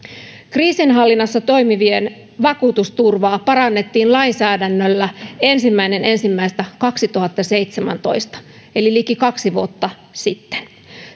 kriisinhallinnassa toimivien vakuutusturvaa parannettiin lainsäädännöllä ensimmäinen ensimmäistä kaksituhattaseitsemäntoista eli liki kaksi vuotta sitten